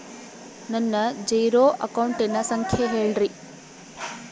ನನ್ನ ಜೇರೊ ಅಕೌಂಟಿನ ಸಂಖ್ಯೆ ಹೇಳ್ರಿ?